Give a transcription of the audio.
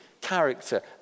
character